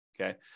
Okay